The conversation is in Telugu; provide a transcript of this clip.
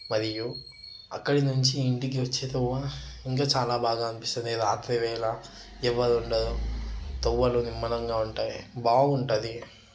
మరియు అక్కడ నుంచి ఇంటికి వచ్చేతోవ ఇంకా చాలా బాగా అనిపిస్తుంది రాత్రివేళ ఎవరు ఉండరు తోవలు నిమ్మలంగా ఉంటాయి బాగుంటుంది